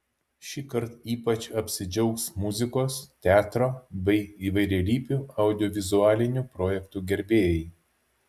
šįkart ypač apsidžiaugs muzikos teatro bei įvairialypių audiovizualinių projektų gerbėjai